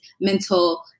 mental